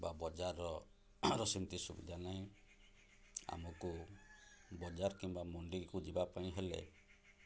ବା ବଜାରର ସେମିତି ସୁବିଧା ନାହିଁ ଆମକୁ ବଜାର କିମ୍ବା ମଣ୍ଡିକୁ ଯିବା ପାଇଁ ହେଲେ